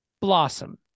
Blossom